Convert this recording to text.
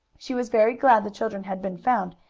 she was very glad the children had been found,